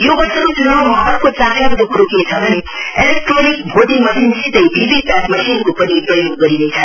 यो वर्षको च्नावमा अर्को चाखलाग्दो कुरो के छ भने इलेट्रोनिक भोटिङ मशिनसितै भीभीप्याट मशिनको पनि प्रयोग गरिनेछ